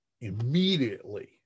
immediately